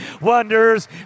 wonders